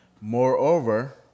Moreover